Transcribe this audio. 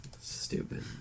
Stupid